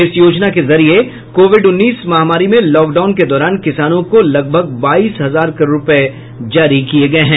इस योजना के जरिए कोविड उन्नीस महामारी में लॉकडाउन के दौरान किसानों को लगभग बाईस हजार करोड़ रुपये जारी किए गए हैं